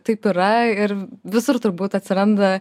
taip yra ir visur turbūt atsiranda